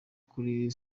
kuri